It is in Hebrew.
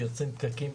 שיוצרים פקקים